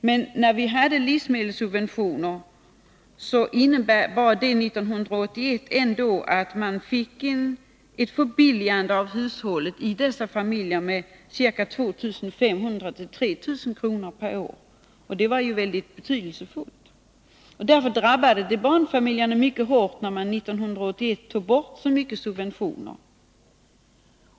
Men när vi hade livsmedelssubventioner, innebar dessa ändå ett förbilligande av hushållet i dessa familjer med 2 500-3 000 kr. per år, och det var väldigt betydelsefullt. Därför drabbades barnfamiljerna mycket hårt när man 1981 tog bort så mycket av subventionerna.